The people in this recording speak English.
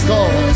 God